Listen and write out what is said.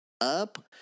up